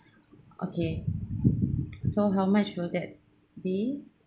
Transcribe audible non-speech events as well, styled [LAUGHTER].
okay [NOISE] so how much will that be